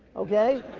okay?